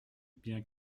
bien